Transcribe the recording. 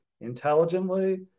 intelligently